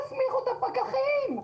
תכירו בפקחים.